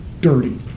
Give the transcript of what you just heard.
dirty